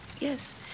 yes